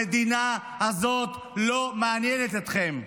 המדינה הזאת לא מעניינת אתכם.